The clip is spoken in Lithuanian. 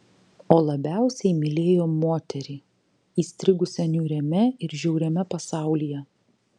o labiausiai mylėjo moterį įstrigusią niūriame ir žiauriame pasaulyje